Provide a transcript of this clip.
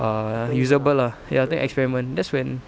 err usable lah ya then experiment that's when